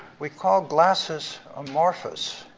we call glasses amorphous,